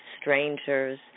strangers